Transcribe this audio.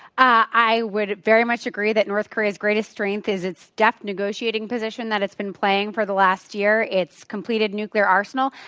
i would very much agree that north korea's greatest strength is its deft negotiating position that it's been playing for the last year, its completed nuclear arsenal,